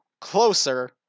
closer